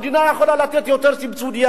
המדינה יכולה לתת יותר סובסידיה,